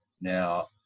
Now